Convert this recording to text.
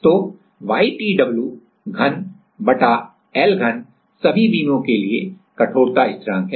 तो YTW घन बटा L घन सभी बीमों के लिए कठोरता स्थिरांक है